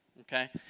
okay